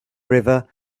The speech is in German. river